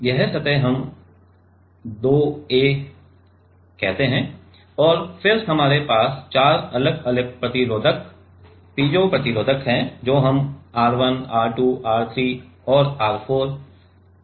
यह सतह हम 2a कहते हैं और फिर हमारे पास चार अलग अलग प्रतिरोधक पीजो प्रतिरोधक हैं जो हम R 1 R 2 R 3 और R 4 कहते हैं